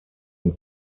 und